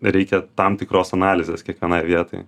reikia tam tikros analizės kiekvienai vietai